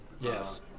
Yes